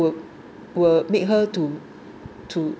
will will make her to to